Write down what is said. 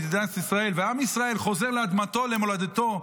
עם ישראל חזר לאדמתו ולמולדתו,